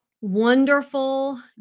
wonderful